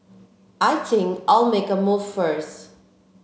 I think I'll make a move first